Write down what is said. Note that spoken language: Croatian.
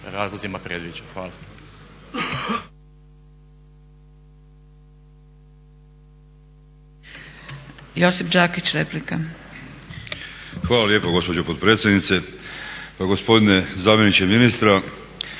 razlozima predviđa. Hvala.